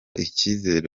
icyizere